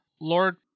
Lord